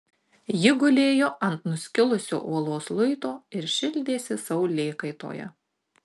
ji gulėjo ant nuskilusio uolos luito ir šildėsi saulėkaitoje